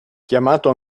chiamato